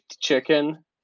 chicken